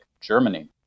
Germany